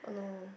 oh no